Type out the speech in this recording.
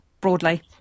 broadly